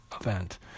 event